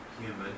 human